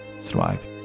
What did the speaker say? survive